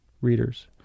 readers